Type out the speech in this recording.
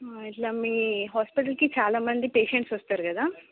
ఇట్లా మీ హాస్పిటల్కి చాలా మంది పేషంట్స్ వస్తారు కదా